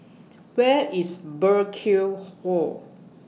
Where IS Burkill Hall